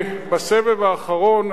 בסבב האחרון,